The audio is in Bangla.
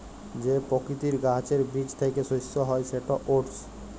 যে পকিতির গাহাচের বীজ থ্যাইকে শস্য হ্যয় সেট ওটস